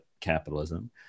capitalism